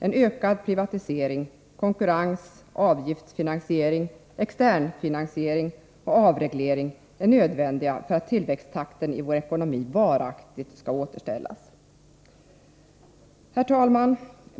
En ökad privatisering, konkurrens, avgiftsfinansiering, externfinansiering och avreglering är nödvändig för att tillväxttakten i vår ekonomi varaktigt skall återställas. Herr talman!